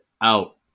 out